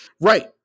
right